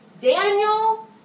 Daniel